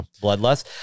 bloodless